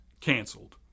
canceled